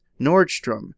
Nordstrom